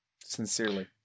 Sincerely